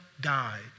died